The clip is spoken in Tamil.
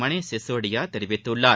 மணீஷ் சிசோடியா தெரிவித்துள்ளார்